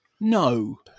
no